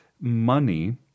money